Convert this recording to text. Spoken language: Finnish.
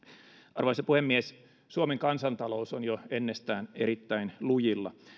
arvoisa puhemies suomen kansantalous on jo ennestään erittäin lujilla